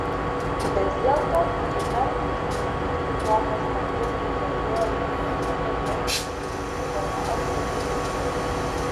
vis dėlto šįkart susitikti su tuo paslaptingu žaviuoju princu ėjau nusiteikusi gana optimistiškai